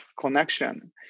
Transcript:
connection